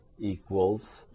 equals